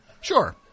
Sure